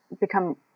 become